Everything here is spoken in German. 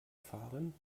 fahren